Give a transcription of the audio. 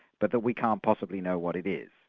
but that we can't possibly know what it is.